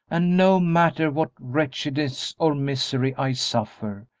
and no matter what wretchedness or misery i suffer,